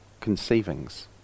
conceivings